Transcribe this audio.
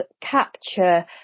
capture